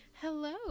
Hello